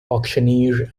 auctioneer